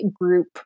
group